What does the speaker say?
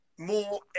more